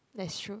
that's true